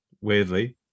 weirdly